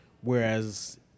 whereas